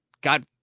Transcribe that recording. God